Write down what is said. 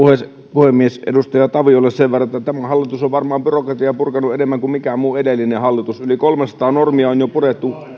puhemies edustaja taviolle sen verran että tämä hallitus on varmaan byrokratiaa purkanut enemmän kuin mikään muu edellinen hallitus yli kolmesataa normia on jo purettu